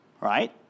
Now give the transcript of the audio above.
right